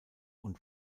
und